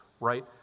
right